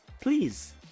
please